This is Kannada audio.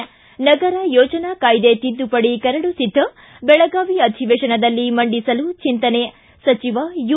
ಿ ನಗರ ಯೋಜನಾ ಕಾಯ್ದೆ ತಿದ್ದುಪಡಿ ಕರಡು ಸಿದ್ದ ಬೆಳಗಾವಿ ಅಧಿವೇಶನದಲ್ಲಿ ಮಂಡಿಸಲು ಚಿಂತನೆ ಸಚಿವ ಯು